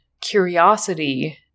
curiosity